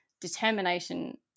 determination